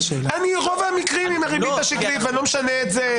רוב המקרים הם בריבית השקלית ואני לא משנה את זה,